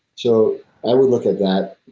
so i would look at that.